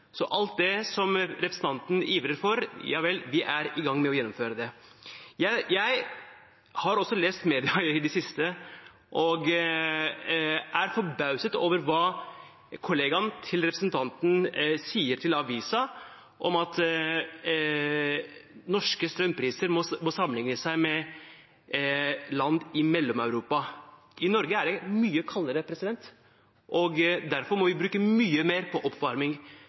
Så alt det representanten ivrer for, er vi i gang med å gjennomføre. Jeg har også lest aviser i det siste og er forbauset over hva kollegaen til representanten sier, om at norske strømpriser må sammenlignes med land i Mellom-Europa. I Norge er det mye kaldere, derfor må vi bruke mye mer strøm til oppvarming.